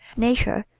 nature,